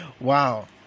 Wow